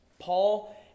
Paul